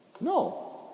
No